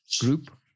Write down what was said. group